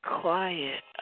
quiet